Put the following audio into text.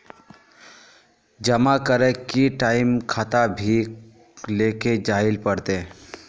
जमा करे के टाइम खाता भी लेके जाइल पड़ते?